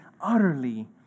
utterly